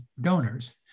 donors